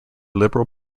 liberal